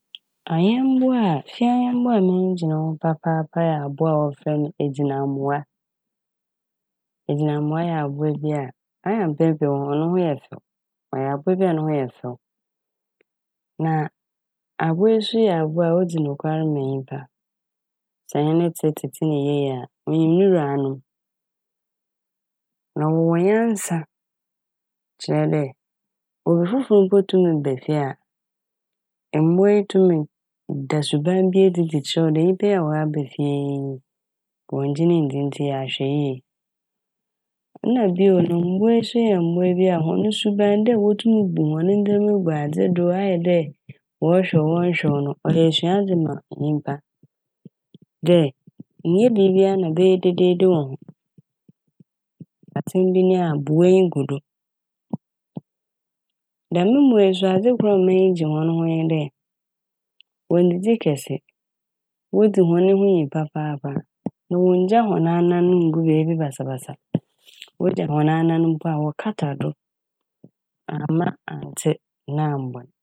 Anyanmbowa a - fie anyanmbowa m'enyi gye no ho papaapa nye egyinambowa. Egyinambowa yɛ abowa bi a, ɔyɛ mpɛn pii no hɔn ho yɛ fɛw. Ɔyɛ abowa bi a ne ho yɛ fɛw na abowa yi so abowa a odzi nokwar ma nyimpa. Sɛ enye ne tse na etsetse ne yie a minyim no wuranom. Na wɔwɔ nyansa kyerɛ dɛ obi fofor mpo tum ba fie a mbowa yi tum da suban bi edzi dze kyerɛw wo dɛ nyimpa yi ɔaba fie yi wɔnngye ne nndzi ntsi yɛ ahwɛyie. Na bio no mbowa yi so mbowa bi a hɔn suban dɛ wotum bu hɔn ndzɛma bi gu ade do. Ɔayɛ dɛ wɔrehwɛ wo wɔnnhwɛ wo no yɛ esuadze ma nyimpa dɛ ennyɛ biribiara na ebɛyɛ dedeede ho. Asɛm bi nyi a bu w'enyi gu do. Dɛm mbowa yi so adze kor a m'enyi gye hɔn ho nye dɛ wonndzidzi kɛse, wodzi hɔn ho nyi papaapa. Na wonngya hɔn anan nngu beebi basabasa. Wogya hɔn anan mpo a wɔta do amma anntse na ammbɔn.